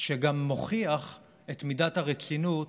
שגם מוכיח את מידת הרצינות